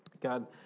God